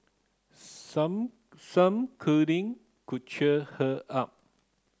some some cuddling could cheer her up